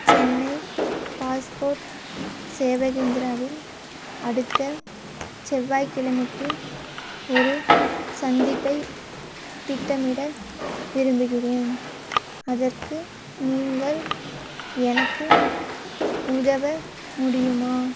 Chennai passport Seva கேந்திராவில் அடுத்த செவ்வாய்க் கிழமைக்கு ஒரு சந்திப்பைத் திட்டமிட விரும்புகிறேன் அதற்கு நீங்கள் எனக்கு உதவ முடியுமா